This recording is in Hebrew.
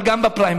אבל גם בפריימריז.